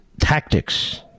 tactics